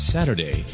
Saturday